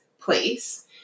place